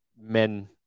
men